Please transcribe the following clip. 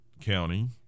County